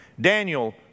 Daniel